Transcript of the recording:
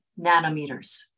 nanometers